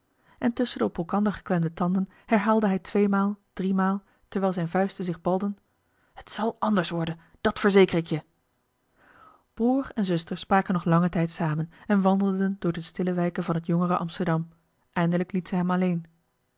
en tusschen de op elkander geklemde tanden herhaalde hij tweemaal driemaal terwijl zijne vuisten zich balden t zal anders worden dat verzeker ik je broer en zuster spraken nog langen tijd samen en wandelden door de stille wijken van het jongere amsterdam eindelijk liet zij hem alleen